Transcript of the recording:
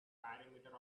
perimeter